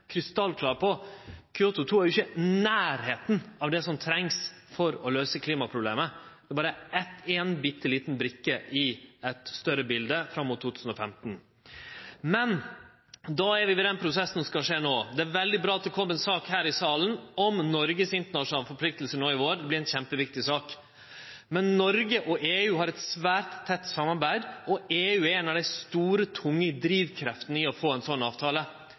krystallklar på at Kyoto 2 jo ikkje er i nærleiken av det som trengst for å løyse klimaproblemet. Det er berre ei bitte lita brikke i eit større bilde fram mot 2015. Då er vi ved den prosessen som skal skje no. Det er veldig bra at det kjem ei sak her i salen om Noregs internasjonale forpliktingar no i vår. Det vert ei kjempeviktig sak. Men Noreg og EU har eit svært tett samarbeid, og EU er ei av dei store, tunge drivkreftene for å få ein sånn avtale.